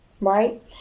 right